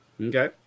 Okay